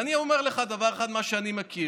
ואני אומר לך דבר אחד, מה שאני מכיר: